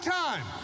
time